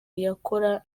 yakora